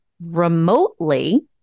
remotely